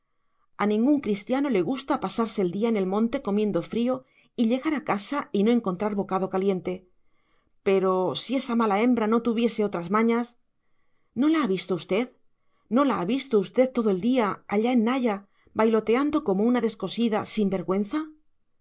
a ningún cristiano le gusta pasarse el día en el monte comiendo frío y llegar a casa y no encontrar bocado caliente pero si esa mala hembra no tuviese otras mañas no la ha visto usted no la ha visto usted todo el día allá en naya bailoteando como una descosida sin vergüenza